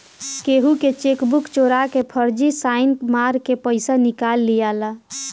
केहू के चेकबुक चोरा के फर्जी साइन मार के पईसा निकाल लियाला